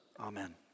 Amen